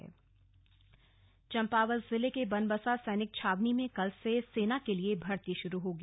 सेना भर्ती चंपावत जिले के बनबसा सैनिक छावनी में कल से शुरू सेना के लिए भर्ती शुरू होगी